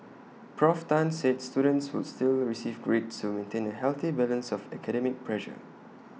Prof Tan said students would still receive grades to maintain A healthy balance of academic pressure